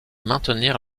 maintenir